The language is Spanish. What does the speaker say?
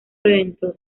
redentor